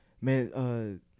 man